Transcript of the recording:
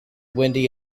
windy